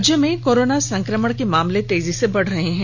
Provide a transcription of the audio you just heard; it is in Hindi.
राज्य में कोरोना संक्रमण के मामले तेजी से बढ़ रहे है